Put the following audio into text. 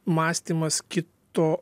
mąstymas kito